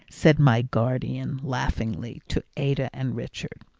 said my guardian laughingly to ada and richard.